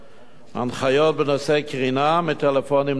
הנחיות בנושא קרינה מטלפונים ניידים,